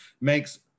makes